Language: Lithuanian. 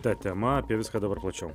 ta tema apie viską dabar plačiau